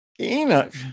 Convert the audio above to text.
Enoch